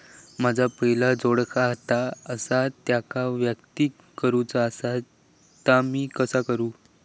माझा पहिला जोडखाता आसा त्याका वैयक्तिक करूचा असा ता मी कसा करू?